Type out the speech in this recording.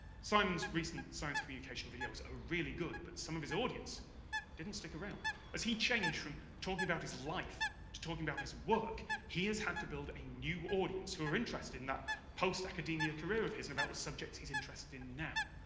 simon's recent science communication videos are really good but some of his audience didn't stick around as he changed from talking about his life to talking about his work he has had to build a new audience who are interested in that post academia career of his and about the subjects he's interested in now.